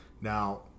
Now